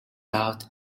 out